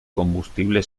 combustible